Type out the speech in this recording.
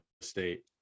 State